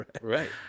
Right